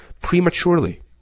prematurely